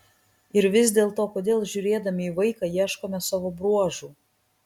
ir vis dėlto kodėl žiūrėdami į vaiką ieškome savo bruožų